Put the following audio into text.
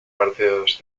partidos